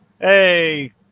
hey